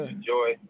enjoy